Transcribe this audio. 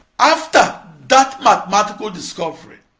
after that mathematical discovery,